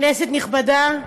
כנסת נכבדה,